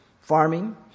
farming